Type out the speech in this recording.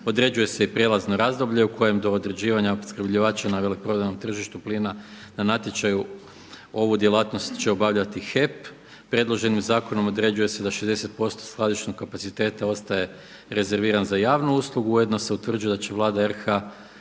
Određuje se i prijelazno razdoblje u kojem do određivanja opskrbljivača na veleprodajnom tržištu plina na natječaju ovu djelatnost će obavljati HEP. Predloženim zakonom određuje se da 60% skladišnog kapaciteta ostaje rezerviran za javnu uslugu. Ujedno se utvrđuje da će Vlada RH